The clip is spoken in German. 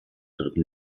dritten